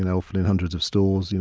and often in hundreds of stores, you know